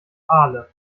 aale